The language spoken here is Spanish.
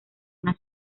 una